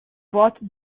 boîte